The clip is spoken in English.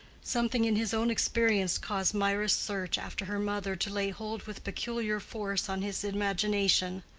something in his own experience caused mirah's search after her mother to lay hold with peculiar force on his imagination.